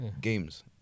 games